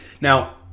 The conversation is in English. Now